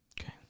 Okay